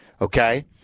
Okay